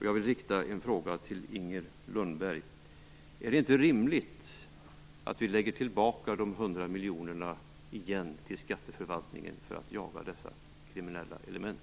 Jag vill rikta en fråga till Inger Lundberg: Är det inte rimligt att återföra de 100 miljonerna till skatteförvaltningen att användas till att jaga dessa kriminella element?